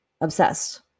obsessed